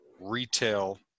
retail